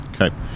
Okay